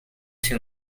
too